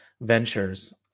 ventures